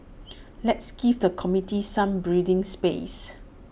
let's give the committee some breathing space